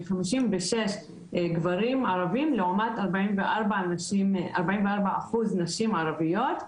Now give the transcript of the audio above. כ-56% גברים ערבים לעומת 44% נשים ערביות,